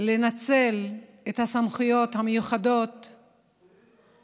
לנצל את הסמכויות המיוחדות כדי להיטיב עם האזרחים,